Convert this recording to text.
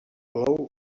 plou